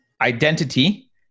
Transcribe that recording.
identity